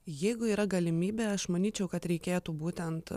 jeigu yra galimybė aš manyčiau kad reikėtų būtent